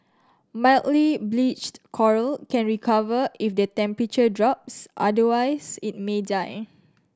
mildly bleached coral can recover if the temperature drops otherwise it may die